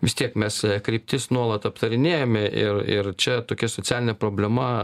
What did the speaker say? vis tiek mes kryptis nuolat aptarinėjame ir ir čia tokia socialinė problema